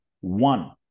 one